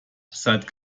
seit